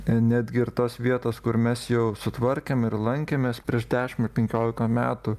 netgi ir tos vietos kur mes jau sutvarkėm ir lankėmės prieš dešim ar penkiolika metų